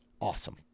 awesome